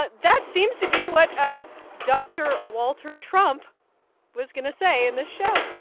but that seems to be what ah dr. walter trump was going to say in this show.